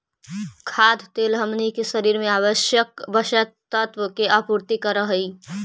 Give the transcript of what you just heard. खाद्य तेल हमनी के शरीर में आवश्यक वसा तत्व के आपूर्ति करऽ हइ